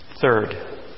Third